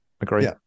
agree